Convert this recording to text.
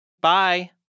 Bye